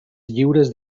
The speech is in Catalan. lliures